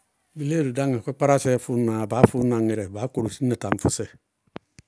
Biléedi dáŋɛ, kpápkárásɛɛ fʋñ naá yá, baá fʋñna ŋɩrɛ, baá korosi na taŋfʋsɛ.